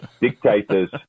dictators